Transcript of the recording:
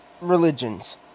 religions